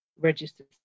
registered